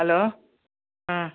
hello ആ